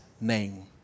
name